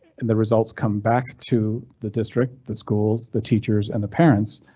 and the results come back to the district, the schools, the teachers and the parents,